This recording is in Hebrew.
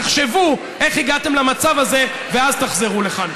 תחשבו איך הגעתם למצב הזה ואז תחזרו לכאן.